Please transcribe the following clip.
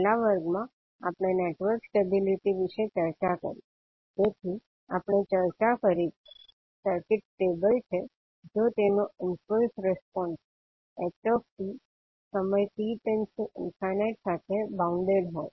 છેલ્લા વર્ગમાં આપણે નેટવર્ક સ્ટેબિલિટી વિશે ચર્ચા કરી તેથી આપણે ચર્ચા કરી કે સર્કિટ સ્ટેબલ છે જો તેનો ઈમ્પલ્સ રિસ્પોન્સ ℎ𝑡 સમય t →∞ સાથે બાઉન્ડેડ હોય